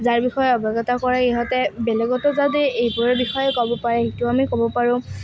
যাৰ বিষয়ে অৱগত কৰাই ইহঁতে বেলেগতো যাতে এইবোৰৰ বিষয়ে ক'ব পাৰে এইটো আমি ক'ব পাৰোঁ